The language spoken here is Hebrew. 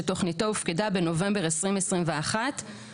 שתכוניתו הופקדה בנובמבר 2021 ובהמשך